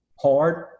hard